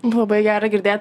labai gera girdėt